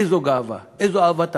איזו גאווה, איזו אהבת חיים,